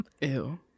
Ew